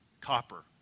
copper